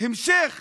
המשך